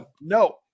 No